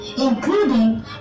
including